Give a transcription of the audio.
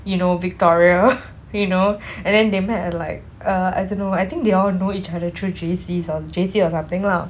you know victoria you know and then they met at like uh I don't know I think they all know each other through J_Cs J_C or something lah